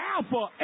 Alpha